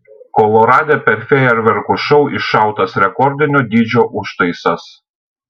kolorade per fejerverkų šou iššautas rekordinio dydžio užtaisas